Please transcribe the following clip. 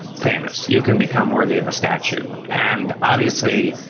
famous, you can become worthy of a statue. and obviously,